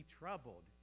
troubled